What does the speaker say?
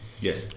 Yes